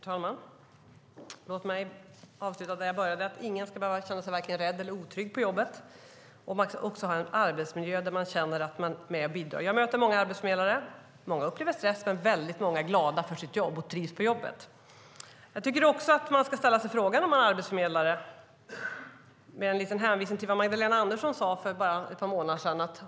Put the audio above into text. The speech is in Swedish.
Herr talman! Låt mig avsluta där jag började. Ingen ska behöva känna sig vare sig rädd eller otrygg på jobbet, och man ska också känna att man har en arbetsmiljö där man är med och bidrar. Jag möter många arbetsförmedlare. Många upplever stress. Men väldigt många är glada för sitt jobb och trivs på jobbet. Om man är arbetsförmedlare ska man ställa sig en fråga. Det är en liten hänvisning till vad Magdalena Andersson sade för bara några månader sedan.